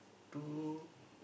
two